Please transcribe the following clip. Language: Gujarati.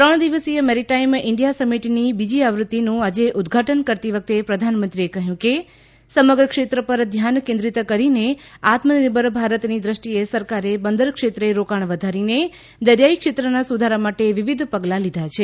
ત્રણ દિવસીય મેરીટાઇમ ઈન્ડિયા સમિટની બીજી આવૃત્તિનું આજે ઉદ્વાટન કરતી વખતે પ્રધાનમંત્રીએ કહ્યું કે સમગ્ર ક્ષેત્ર પર ધ્યાન કેન્દ્રિત કરીને આત્મનિર્ભર ભારતની દ્રષ્ટિએ સરકારે બંદર ક્ષેત્રે રોકાણ વધારીને દરિયાઇ ક્ષેત્રના સુધારા માટે વિવિધ પગલાં લીધાં છે